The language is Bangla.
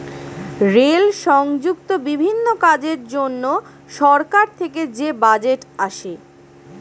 রেল সংযুক্ত বিভিন্ন কাজের জন্য সরকার থেকে যে বাজেট আসে